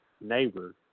neighbor